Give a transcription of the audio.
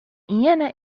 iene